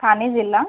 ठाणे जिल्हा